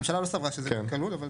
הממשלה לא סברה שזה כלול, אבל בסדר.